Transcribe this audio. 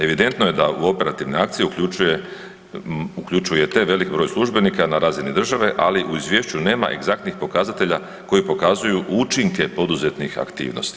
Evidentno je da u operativne akcije uključujete velik broj službenika na razini države, ali u izvješću nema egzaktnih pokazatelja koji pokazuju učinke poduzetih aktivnosti.